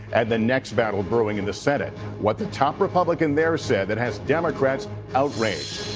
the next battle brewing in the senate. what the top republican there said that has democrats outraged.